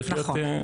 צריך להיות,